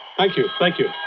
thank you. thank you.